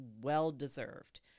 well-deserved